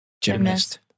gymnast